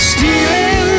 Stealing